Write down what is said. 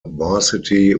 varsity